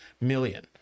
million